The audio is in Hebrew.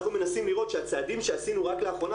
אנחנו מנסים לראות שהצעדים שעשינו רק לאחרונה